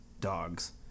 dogs